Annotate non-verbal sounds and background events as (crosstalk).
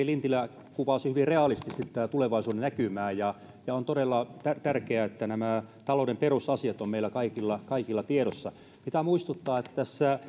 (unintelligible) lintilä kuvasi hyvin realistisesti tätä tulevaisuuden näkymää ja ja on todella tärkeää että nämä talouden perusasiat ovat meillä kaikilla kaikilla tiedossa pitää muistuttaa että tässä (unintelligible)